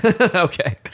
Okay